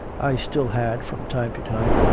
i still had, from time to time,